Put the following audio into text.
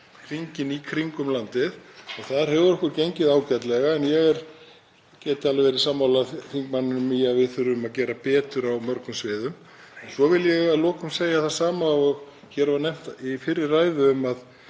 hringinn í kringum landið og þar hefur okkur gengið ágætlega. En ég get alveg verið sammála þingmanninum í að við þurfum að gera betur á mörgum sviðum. Svo vil ég að lokum segja það sama og hér var nefnt í fyrri ræðu um að